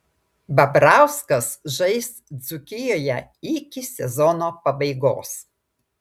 babrauskas žais dzūkijoje iki sezono pabaigos